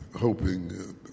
hoping